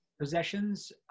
possessions